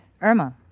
Irma